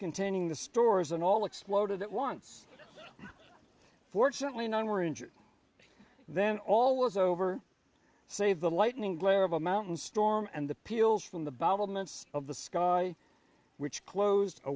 containing the stores and all exploded at once fortunately none were injured then all was over save the lightning glare of a mountain storm and the peels from the battlements of the sky which closed a